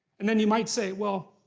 and then you might say, well,